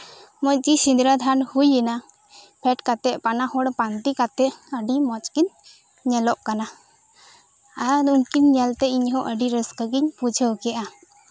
ᱢᱚᱸᱡᱽ ᱜᱮ ᱥᱤᱸᱫᱨᱟᱹ ᱫᱟᱱ ᱦᱩᱭ ᱮᱱᱟ ᱯᱷᱮᱰ ᱠᱟᱛᱮᱫ ᱵᱟᱱᱟ ᱦᱚᱲ ᱯᱟᱱᱛᱮ ᱠᱟᱛᱮᱫ ᱟᱹᱰᱤ ᱢᱚᱸᱡᱽ ᱜᱮᱠᱤᱱ ᱧᱮᱞᱚᱜ ᱠᱟᱱᱟ ᱟᱫᱚ ᱩᱱᱠᱤᱱ ᱧᱮᱞᱛᱮ ᱤᱧ ᱦᱚᱸ ᱟᱹᱰᱤ ᱨᱟᱹᱥᱠᱟᱹ ᱜᱤᱧ ᱵᱩᱡᱷᱟᱹᱣ ᱠᱮᱫᱟ